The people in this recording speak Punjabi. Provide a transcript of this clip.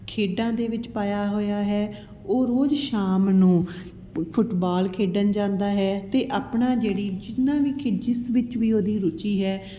ਖੇਡਾਂ ਦੇ ਵਿੱਚ ਪਾਇਆ ਹੋਇਆ ਹੈ ਉਹ ਰੋਜ਼ ਸ਼ਾਮ ਨੂੰ ਫੁੱਟਬਾਲ ਖੇਡਣ ਜਾਂਦਾ ਹੈ ਅਤੇ ਆਪਣਾ ਜਿਹੜੀ ਜਿੰਨਾ ਵੀ ਕੀ ਜਿਸ ਵਿੱਚ ਵੀ ਉਹਦੀ ਰੁਚੀ ਹੈ